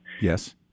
Yes